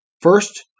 first